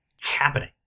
happening